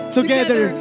Together